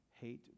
hate